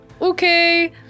okay